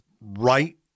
right